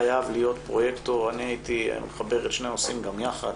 חייב להיות פרויקטור אני הייתי מחבר את שני הנושאים גם יחד